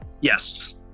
yes